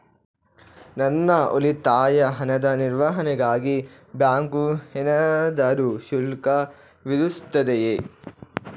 ನನ್ನ ಉಳಿತಾಯ ಹಣದ ನಿರ್ವಹಣೆಗಾಗಿ ಬ್ಯಾಂಕು ಏನಾದರೂ ಶುಲ್ಕ ವಿಧಿಸುತ್ತದೆಯೇ?